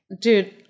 Dude